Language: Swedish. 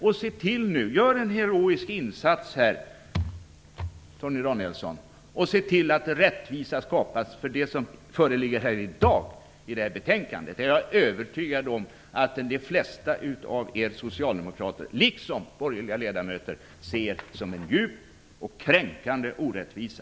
Gör nu en historisk insats här, Torgny Danielsson, och se till att rättvisa skapas. Det som föreligger här i dag i betänkandet är jag övertygad om att de flesta av er socialdemokrater liksom borgerliga ledamöter ser som en djup och kränkande orättvisa.